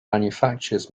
manufactures